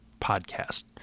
podcast